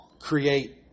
create